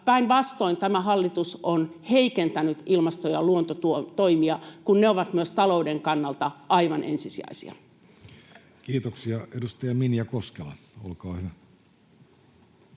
Päinvastoin tämä hallitus on heikentänyt ilmasto- ja luontotoimia, vaikka ne ovat myös talouden kannalta aivan ensisijaisia. [Speech 29] Speaker: Jussi Halla-aho